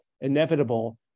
inevitable